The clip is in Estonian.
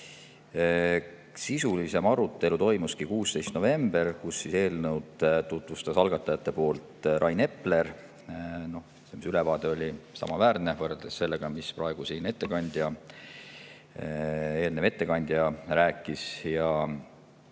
Sisulisem arutelu toimus 16. novembril, kus eelnõu tutvustas algatajate nimel Rain Epler. See ülevaade oli samaväärne võrreldes sellega, mille praegu siin eelnev ettekandja [tegi].